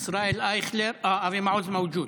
ישראל אייכלר, אה, אבי מעוז מווג'וד.